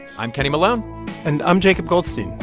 i'm kenny malone and i'm jacob goldstein.